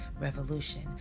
revolution